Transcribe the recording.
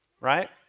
right